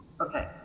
okay